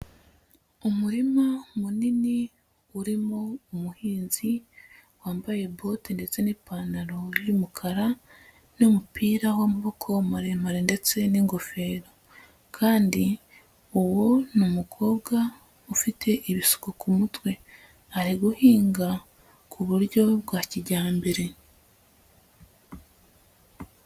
Umurima munini, urimo umuhinzi wambaye bote ndetse n'ipantaro y'umukara n'umupira w'amaboko maremare ndetse n'ingofero kandi uwo ni umukobwa ufite ibisuko ku mutwe, ari guhinga ku buryo bwa kijyambere.